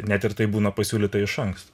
net ir tai būna pasiūlyta iš anksto